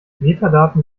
metadaten